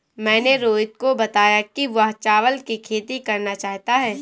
मैंने रोहित को बताया कि वह चावल की खेती करना चाहता है